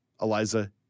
Eliza